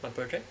my project